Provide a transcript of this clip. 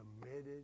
committed